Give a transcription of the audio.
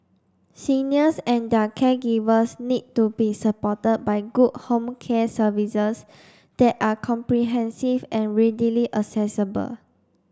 seniors and their caregivers need to be supported by good home care services that are comprehensive and readily accessible